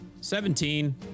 seventeen